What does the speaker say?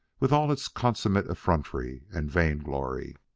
with all its consummate effrontery and vain-glory.